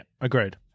agreed